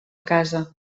casa